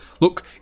Look